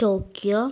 Tokyo